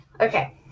Okay